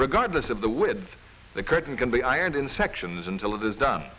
regardless of the width of the curtain can be ironed in sections until it is done